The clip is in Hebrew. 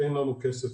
אין לנו שקלים.